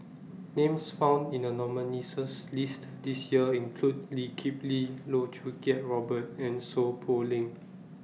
Names found in The nominees' list This Year include Lee Kip Lee Loh Choo Kiat Robert and Seow Poh Leng